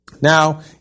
Now